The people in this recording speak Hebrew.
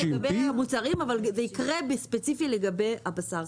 זה יקרה ספציפית לגבי הבשר.